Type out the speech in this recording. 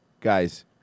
Guys